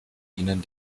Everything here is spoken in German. dienen